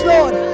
Lord